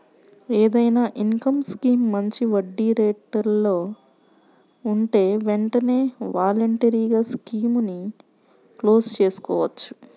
ఏదైనా income scheme మంచి వడ్డీరేట్లలో ఉంటే వెంటనే వాలంటరీగా స్కీముని క్లోజ్ చేసుకోవచ్చు